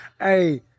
Hey